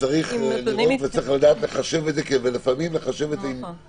ובשוק שאין לו מחזיק או מפעיל כאמור,